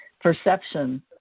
perception